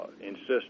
insist